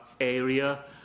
area